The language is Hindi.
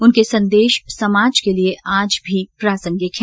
उनके संदेश समाज के लिए आज भी प्रासंगिक है